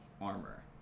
armor